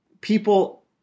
People